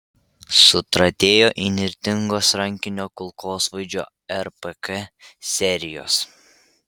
sutratėjo įnirtingos rankinio kulkosvaidžio rpk serijos